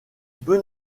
peut